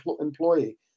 employee